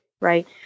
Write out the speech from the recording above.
right